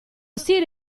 stile